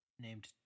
named